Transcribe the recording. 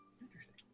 interesting